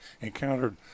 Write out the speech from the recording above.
encountered